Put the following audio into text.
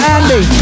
Andy